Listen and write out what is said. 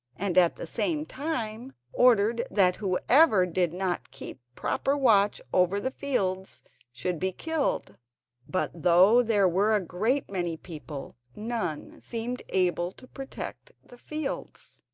and at the same time ordered that whoever did not keep proper watch over the fields should be killed but though there were a great many people, none seemed able to protect the fields.